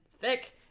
thick